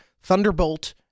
Thunderbolt